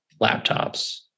laptops